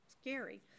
scary